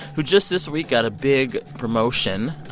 who just this week got a big promotion.